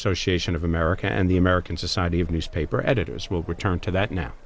association of america and the american society of newspaper editors will return to that now